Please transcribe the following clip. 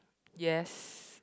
yes